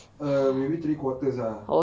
uh maybe three quarters ah